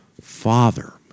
Father